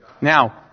Now